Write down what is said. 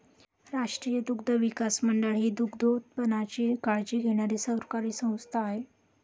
राष्ट्रीय दुग्धविकास मंडळ ही दुग्धोत्पादनाची काळजी घेणारी सरकारी संस्था आहे